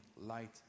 light